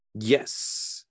Yes